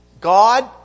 God